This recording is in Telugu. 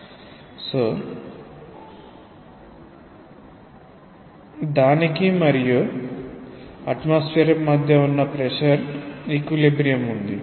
కాబట్టి డానికి మరియు అట్మాస్ఫియర్ మధ్య ప్రెషర్ ఈక్విలిబ్రియమ్ ఉంది